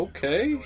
Okay